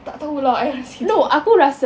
tak tahu lah I just see jer